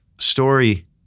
story